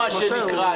דיינו, מה שנקרא.